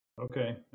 okay